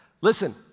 Listen